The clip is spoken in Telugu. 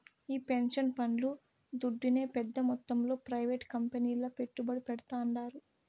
ఈ పెన్సన్ పండ్లు దుడ్డునే పెద్ద మొత్తంలో ప్రైవేట్ కంపెనీల్ల పెట్టుబడి పెడ్తాండారు